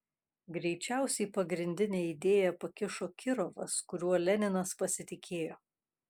greičiausiai pagrindinę idėją pakišo kirovas kuriuo leninas pasitikėjo